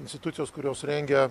institucijos kurios rengia